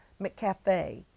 McCafe